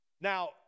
Now